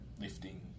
lifting